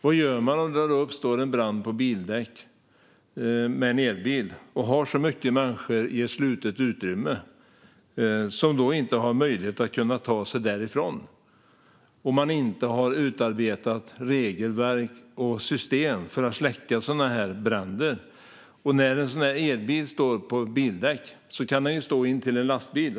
Vad gör man om det uppstår en brand i en elbil på bildäck och man har så mycket människor i ett slutet utrymme, utan möjlighet att ta sig därifrån, om vi inte har utarbetat regelverk och system för att släcka sådana bränder? När en elbil står på ett bildäck kan den ju stå intill en lastbil.